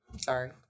sorry